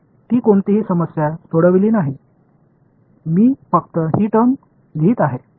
मी कोणतीही समस्या सोडविली नाही मी फक्त ही टर्म लिहित आहे